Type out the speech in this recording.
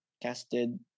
casted